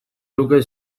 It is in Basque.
luke